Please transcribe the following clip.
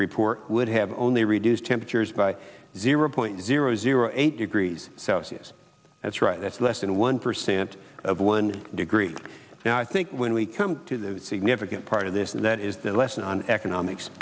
report would have only reduced temperatures by zero point zero zero eight degrees celsius that's right that's less than one percent of one degree now i think when we come to the significant part of this and that is the lesson on economics